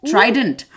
Trident